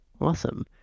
Awesome